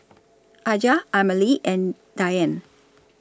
Aja Amalie and Dianne